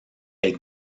est